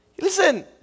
Listen